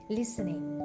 listening